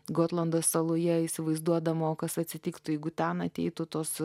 gotlando saloje įsivaizduodama o kas atsitiktų jeigu ten ateitų tos